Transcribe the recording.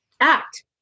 act